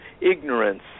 ignorance